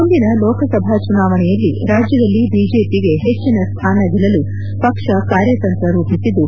ಮುಂದಿನ ಲೋಕಸಭಾ ಚುನಾವಣೆಯಲ್ಲಿ ರಾಜ್ಯದಲ್ಲಿ ಬಿಜೆಪಿಗೆ ಹೆಚ್ಚಿನ ಸ್ಥಾನ ಗೆಲ್ಲಲು ಪಕ್ಷ ಕಾರ್ಯತಂತ್ರ ರೂಪಿಸಿದ್ದು